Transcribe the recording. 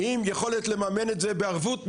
עם יכולת לממן את זה בערבות מדינה,